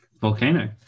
volcano